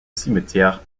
cimetière